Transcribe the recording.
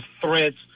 threats